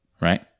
right